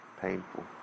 painful